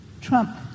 Trump